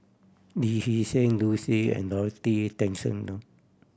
Lee Hee Seng Liu Si and Dorothy Tessensohn